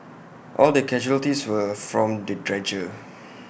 all the casualties were from the dredger